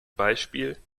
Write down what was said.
beispiel